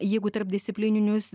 jeigu tarpdisciplininius